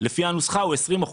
לפי הנוסחה הם 20%,